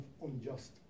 unjust